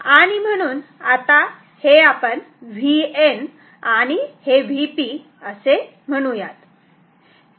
आणि म्हणून आता हे आपण Vn आणि हे Vp असे म्हणूयात